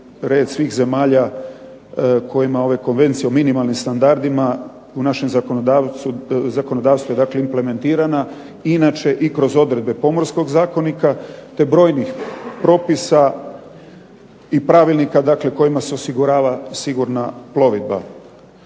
red svih zemalja kojima ove konvencije o minimalnim standardima, u našem zakonodavstvu je dakle implementirana, inače i kroz odredbe pomorskog zakonika, te brojnih propisa i pravilnika dakle kojima se osigurava sigurna plovidba.